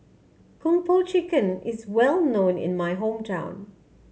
Kung Po Chicken is well known in my hometown